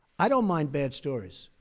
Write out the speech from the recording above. i don't mind bad stories.